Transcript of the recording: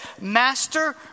Master